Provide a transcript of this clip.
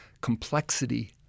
complexity